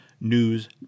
News